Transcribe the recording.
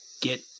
get